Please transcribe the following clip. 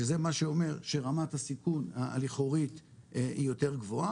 שזה מה שאומר שרמת הסיכון הלכאורית יותר גבוהה,